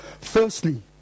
Firstly